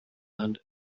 london